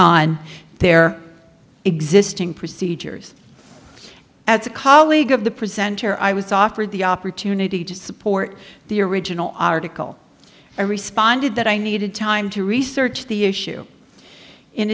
on their existing procedures as a colleague of the presenter i was offered the opportunity to support the original article i responded that i needed time to research the issue in